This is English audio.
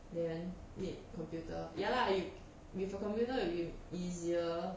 then need computer ya lah you with a computer will be easier